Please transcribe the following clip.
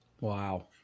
Wow